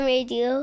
Radio